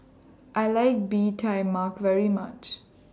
I like Bee Tai Mak very much